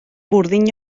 burdin